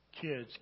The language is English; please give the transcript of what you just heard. kids